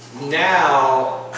now